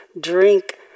drink